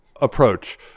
approach